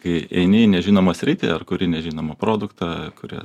kai eini į nežinomą sritį ar kuri nežinomą produktą kuri